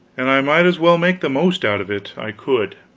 and i might as well make the most out of it i could.